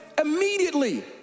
immediately